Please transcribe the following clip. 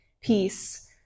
peace